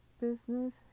business